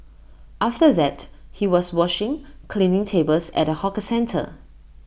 after that he was washing cleaning tables at A hawker centre